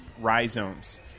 rhizomes